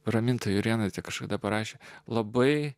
raminta jurėnaitė kažkada parašė labai